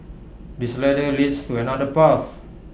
this ladder leads to another path